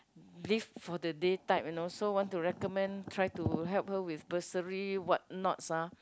live for the day type you know so want to recommend try to help her with bursary what not ah